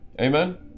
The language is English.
Amen